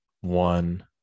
One